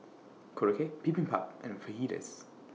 Korokke Bibimbap and Fajitas